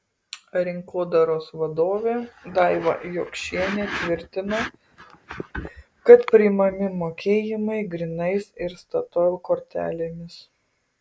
rinkodaros vadovė daiva jokšienė tvirtina kad priimami mokėjimai grynais ir statoil kortelėmis